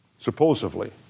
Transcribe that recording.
Supposedly